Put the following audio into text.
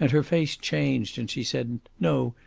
and her face changed, and she said, no,